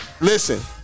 Listen